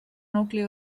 nucli